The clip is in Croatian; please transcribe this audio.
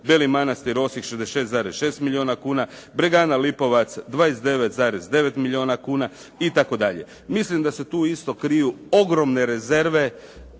Beli Manastir-Osijek 66,6 milijuna kuna, Bregana Lipovac 29,9 milijuna kuna itd. Mislim da se tu isto kriju ogromne rezerve,